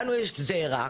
לנו יש זרע.